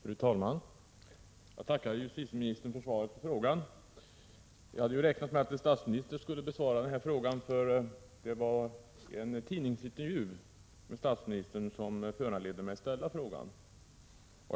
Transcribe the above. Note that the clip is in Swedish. Fru talman! Jag tackar justitieministern för svaret på frågan. Jag hade räknat med att statsministern skulle svara, för det var en tidningsintervju med statsministern som föranledde mig att ställa frågan.